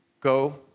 Go